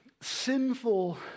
sinful